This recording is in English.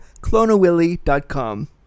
Clonawilly.com